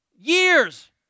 years